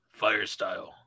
Firestyle